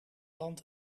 land